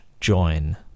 join